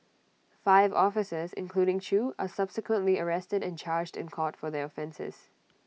five officers including chew are subsequently arrested and charged in court for their offences